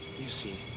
you see,